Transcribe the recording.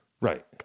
right